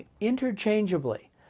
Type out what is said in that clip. interchangeably